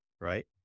right